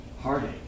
heartache